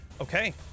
Okay